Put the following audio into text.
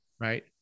right